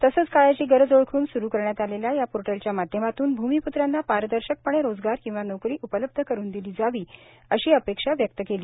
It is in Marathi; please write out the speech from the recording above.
तसंच काळाची गरज ओळखून स्रु करण्यात आलेल्या या पोर्टलच्या माध्यमातून भूमिप्त्रांना पारदर्शकपणे रोजगार किंवा नोकरी उपलब्ध करून दिली जावी अशी अपेक्षा व्यक्त केली